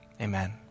Amen